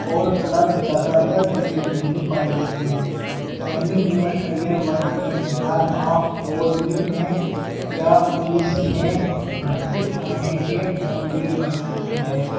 اور کلب زیادہ تر دلی میں ہی پائے جاتے ہیں رننگ میں کرئر بنانے کے بعد آپ فوج میں یا پولیس میں بھرتی ہونے کے فام بھی بھر سکتے ہیں